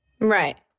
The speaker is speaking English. Right